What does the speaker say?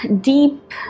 deep